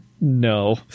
no